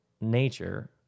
nature